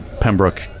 Pembroke